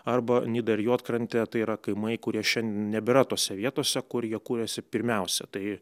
arba nida ir juodkrantė tai yra kaimai kurie šiandien nebėra tose vietose kur jie kūrėsi pirmiausia tai